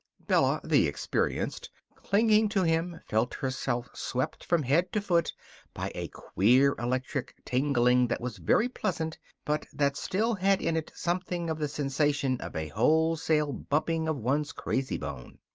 bella, the experienced, clinging to him, felt herself swept from head to foot by a queer electric tingling that was very pleasant but that still had in it something of the sensation of a wholesale bumping of one's crazy bone.